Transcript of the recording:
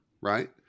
right